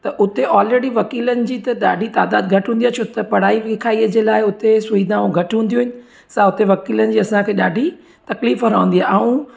त उते ऑलरेडी वकीलनि जी त ॾाढी तादादु घटि हूंदी आहे छो त पढ़ाई लिखाई जे लाइ उते सुविधाऊं घटि हूंदियूं आहिनि सा उते वकीलनि जी ॾाढी तकलीफ़ु रहंदी आहे ऐं